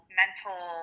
mental